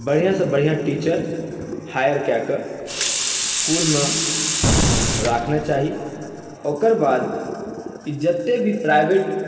बढ़िऑं सॅं बढ़िऑं टीचर हाइअर कए कऽ इसकुलमे राखना चाही ओकर बाद ई जते भी प्राइवट